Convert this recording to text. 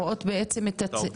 יכול להנגיש להם את המידע,